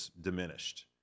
diminished